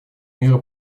меры